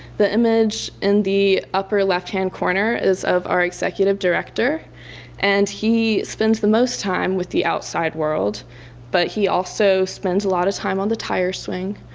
the image in the upper-left hand corner is of our executive director and he spends the most time with the outside world but he also spends a lot of time on the tire swing.